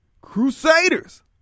crusaders